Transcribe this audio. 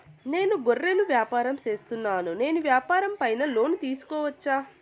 నేను గొర్రెలు వ్యాపారం సేస్తున్నాను, నేను వ్యాపారం పైన లోను తీసుకోవచ్చా?